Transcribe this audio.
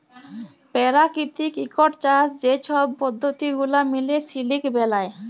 পেরাকিতিক ইকট চাষ যে ছব পদ্ধতি গুলা মিলে সিলিক বেলায়